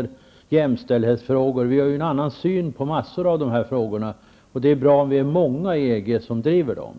och jämställdhetsfrågor. Vi har ju en annan syn på massor av dessa frågor, och det vore bra om vi var många i EG som drev dem.